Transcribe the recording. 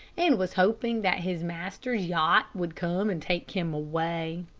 and was hoping that his master's yacht would come and take him away.